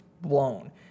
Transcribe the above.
blown